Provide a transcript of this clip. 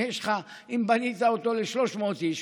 אם בנית אותו ל-300 איש,